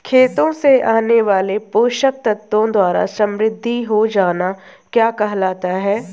खेतों से आने वाले पोषक तत्वों द्वारा समृद्धि हो जाना क्या कहलाता है?